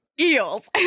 eels